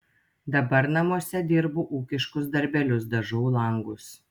dabar namuose dirbu ūkiškus darbelius dažau langus